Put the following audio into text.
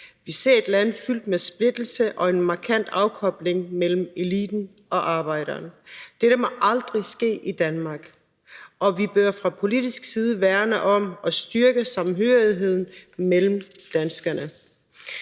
Vi ser et land fyldt med splittelse og en markant afkobling mellem eliten og arbejderne. Dette må aldrig ske i Danmark. Og vi bør fra politisk side værne om at styrke samhørigheden mellem danskerne.